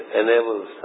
enables